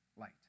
light